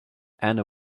anne